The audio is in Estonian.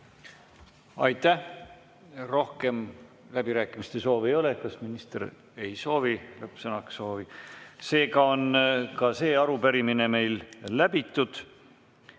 Aitäh! Rohkem läbrääkimiste soovi ei ole. Kas minister ei soovi lõppsõna? Seega on ka see arupärimine meil läbi